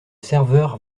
serveur